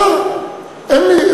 שלי.